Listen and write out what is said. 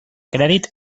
crèdit